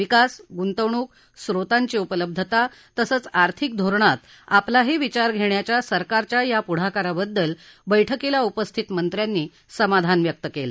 विकास गुंतवणूक स्त्रोतांची उपलब्धता तसंच आर्थिक धोरणात आपलाही विचार घेण्याच्या सरकारच्या या पुढाकाराबद्दल बैठकीला उपस्थित मंत्र्यांनी समाधान व्यक्त केलं